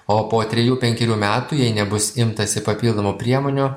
o po trejų penkerių metų jei nebus imtasi papildomų priemonių